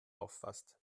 auffasst